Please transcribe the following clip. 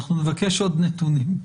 אנחנו נבקש עוד נתונים.